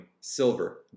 silver